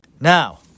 Now